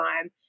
time